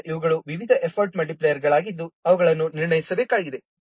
ಆದ್ದರಿಂದ ಇವುಗಳು ವಿವಿಧ ಎಫರ್ಟ್ ಮಲ್ಟಿಪ್ಲೈಯರ್ಗಳನ್ನುಗಳಾಗಿದ್ದು ಅವುಗಳನ್ನು ನಿರ್ಣಯಿಸಬೇಕಾಗಿದೆ